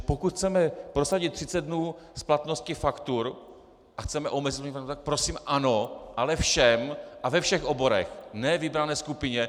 Pokud chceme prosadit 30 dnů splatnosti faktur a chceme omezit vliv, tak prosím ano, ale všem a ve všech oborech, ne vybrané skupině.